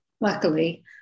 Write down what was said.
Luckily